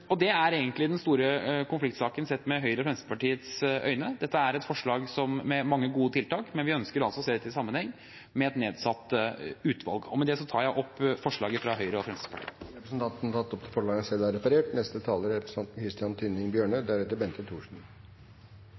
kompetanse. Det er egentlig den store konfliktsaken sett med Høyres og Fremskrittspartiets øyne. Dette er et forslag med mange gode tiltak, men vi ønsker altså å se dette i sammenheng med et nedsatt utvalg. Med det tar jeg opp forslaget fra Høyre og Fremskrittspartiet. Representanten Henrik Asheim har tatt opp det forslaget han refererte til. Takk til SV for et godt Dokument 8-forslag, og ikke minst takk til saksordføreren, som har